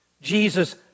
Jesus